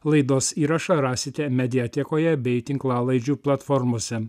laidos įrašą rasite mediatekoje bei tinklalaidžių platformose